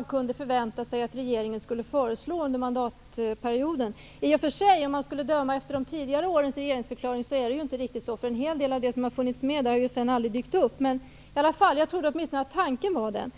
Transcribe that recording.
de kan förvänta sig att regeringen skall föreslå under mandatperioden. Om man skulle döma efter tidigare års regeringsförklaringar fungerar det inte riktigt så. En hel del av det som har tagits med där har sedan aldrig dykt upp. Men jag trodde åtminstone att det var tanken.